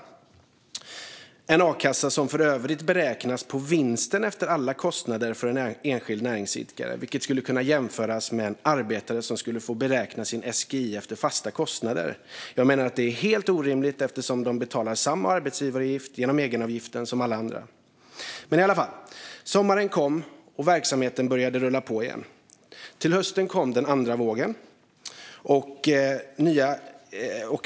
Det är en a-kassa som för övrigt beräknas på vinsten efter alla kostnader för en enskild näringsidkare. Det skulle kunna jämföras med en arbetare som skulle få beräkna sin SIG efter fasta kostnader. Jag menar att det är helt orimligt eftersom de betalar samma arbetsgivaravgift genom egenavgiften som alla andra. Sommaren kom, och verksamheten började rulla på igen. Till hösten kom den andra vågen.